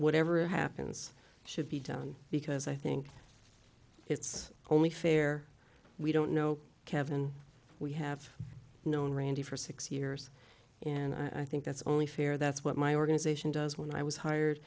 whatever happens should be done because i think it's only fair we don't know kevin we have known randi for six years and i think that's only fair that's what my organization does when i was hired